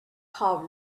call